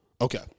Okay